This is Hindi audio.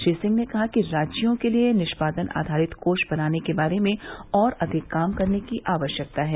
श्री सिंह ने कहा कि राज्यों के लिए निष्पादन आधारित कोष बनाने के बारे में और अधिक काम करने की आवश्यकता है